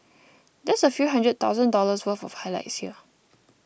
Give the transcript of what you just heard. that's a few hundred thousand dollars worth of highlights here